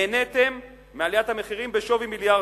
נהניתם מעליית המחירים בשווי מיליארדים.